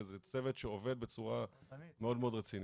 וזה צוות שעובד בצורה מאוד רצינית.